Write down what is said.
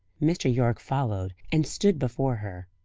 mr. yorke followed and stood before her.